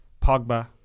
Pogba